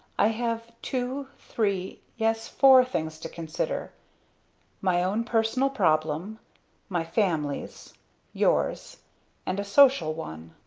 i have two, three, yes four, things to consider my own personal problem my family's yours and a social one.